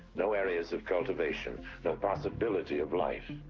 no areas of cultivation. no possibility of life.